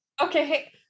okay